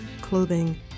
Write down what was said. clothing